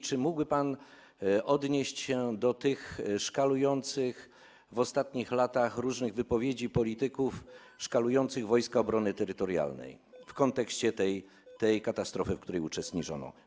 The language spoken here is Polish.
Czy mógłby pan odnieść się do tych pojawiających się w ostatnich latach różnych wypowiedzi polityków szkalujących Wojska Obrony Terytorialnej w kontekście tej katastrofy, w przypadku której uczestniczyły?